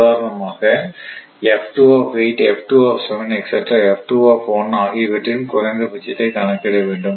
உதாரணமாக ஆகியவற்றின் குறைந்தபட்சத்தை கணக்கிட வேண்டும்